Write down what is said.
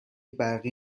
برقی